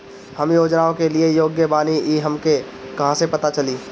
हम योजनाओ के लिए योग्य बानी ई हमके कहाँसे पता चली?